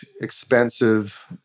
expensive